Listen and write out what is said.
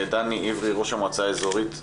דני עברי, ראש המועצה האזורית משגב,